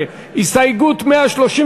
קבוצת סיעת